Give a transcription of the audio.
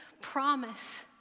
promise